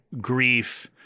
grief